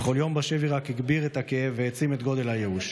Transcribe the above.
וכל יום בשבי רק הגביר את הכאב והעצים את גודל הייאוש.